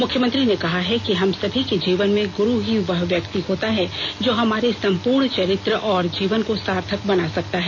मुख्यमंत्री ने कहा है कि हम सभी के जीवन में गुरु ही वह व्यक्ति होता है जो हमारे संपूर्ण चरित्र और जीवन को सार्थक बना सकता है